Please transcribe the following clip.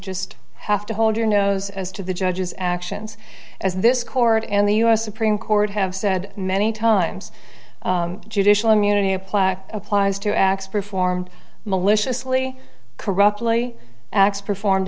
just have to hold your nose as to the judge's actions as this court and the u s supreme court have said many times judicial immunity of plaque applies to acts performed maliciously corruptly acts performed